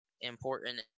important